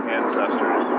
ancestors